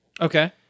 Okay